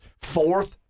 fourth